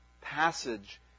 passage